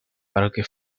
parque